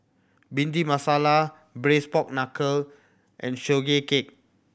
Bhindi Masala Braised Pork Knuckle and Sugee Cake